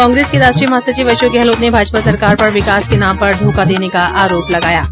कांग्रेस के राष्ट्रीय महासचिव अशोक गहलोत ने भाजपा सरकार पर विकास के नाम पर धोखा देने का आरोप लगाया है